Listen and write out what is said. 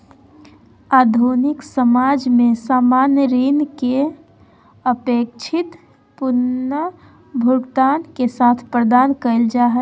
आधुनिक समाज में सामान्य ऋण के अपेक्षित पुनर्भुगतान के साथ प्रदान कइल जा हइ